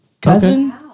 cousin